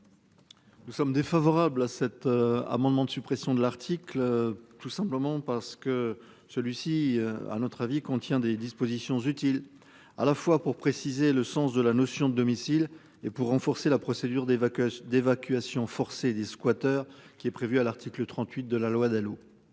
Nous sommes défavorables à cet amendement de suppression de l'article. Tout simplement parce que celui-ci à notre avis contient des dispositions utiles à la fois pour préciser le sens de la notion de domicile et pour renforcer la procédure d'évacuation d'évacuation forcée des squatters qui est prévu à l'article 38 de la loi Dalo.